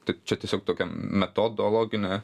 tai čia tiesiog tokia metodologinė